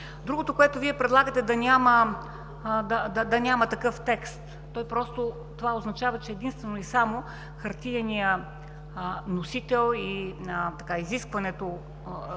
Другото, което Вие предлагате – да няма такъв текст, означава, че единствено и само хартиеният носител и изискването